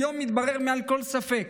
היום מתברר מעל לכל ספק